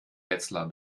wetzlar